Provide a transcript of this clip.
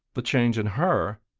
the change in her?